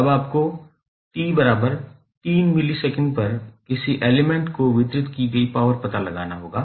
अब आपको t बराबर 3 मिलीसेकंड पर किसी एलिमेंट को वितरित की गई पॉवर पता लगाना होगा